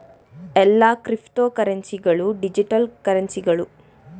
ಎಲ್ಲಾ ಕ್ರಿಪ್ತೋಕರೆನ್ಸಿ ಗಳು ಡಿಜಿಟಲ್ ಕರೆನ್ಸಿಗಳು